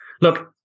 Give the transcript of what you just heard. Look